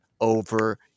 over